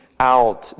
out